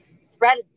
spread